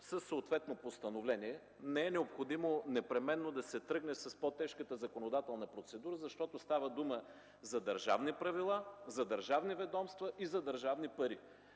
със съответно постановление. Не е необходимо непременно да се тръгне с по-тежката законодателна процедура, защото става дума за държавни правила, за държавни ведомства и за държавни пари.